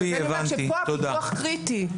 אני אומרת שכאן הפיקוח הוא קריטי.